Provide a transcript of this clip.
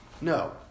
No